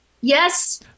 yes